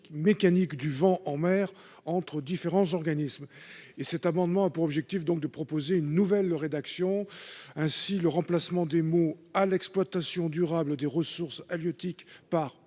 mécanique du vent en mer entre différents organismes et cet amendement a pour objectif donc de proposer une nouvelle rédaction ainsi le remplacement des mots à l'exploitation durable des ressources halieutiques part